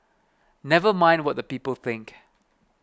never mind what the people think